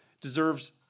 deserves